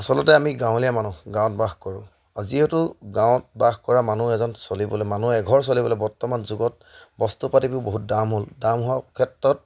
আচলতে আমি গাঁৱলীয়া মানুহ গাঁৱত বাস কৰোঁ যিহেতু গাঁৱত বাস কৰা মানুহ এজন চলিবলৈ মানুহ এঘৰ চলিবলৈ বৰ্তমান যুগত বস্তু পাতিবোৰ বহুত দাম হ'ল দাম হোৱা ক্ষেত্ৰত